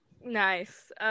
Nice